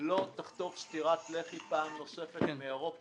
לא תחטוף סטירת לחי פעם נוספת מאירופה.